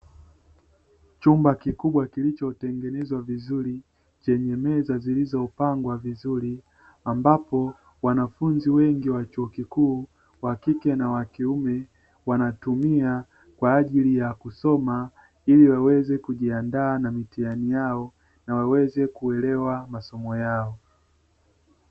Chumba kikubwa kilichotengenezwa vizuri chenye meza zilizopangwa vizuri; ambapo wanafunzi wengi wa chuo kikuu: wa kike na wa kiume wanatumia kwa ajili ya kusoma ili waweze kujiandaa na mitihani yao na waweze kuelewa masomo yao.